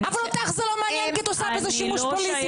אבל אותך זה לא מעניין כי את עושה בזה שימוש פוליטי.